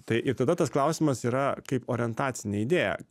tai ir tada tas klausimas yra kaip orientacinė idėja